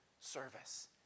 service